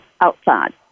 outside